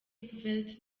vert